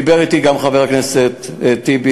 דיבר אתי גם חבר הכנסת טיבי,